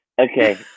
Okay